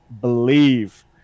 Believe